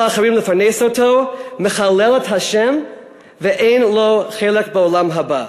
אחרים לפרנס אותו מחלל את השם "ואין לו חלק בעולם הבא".